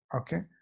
okay